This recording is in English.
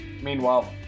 Meanwhile